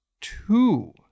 two